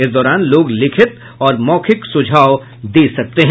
इस दौरान लोग लिखित और मौखिक सुझाव दे सकते हैं